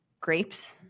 grapes